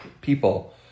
people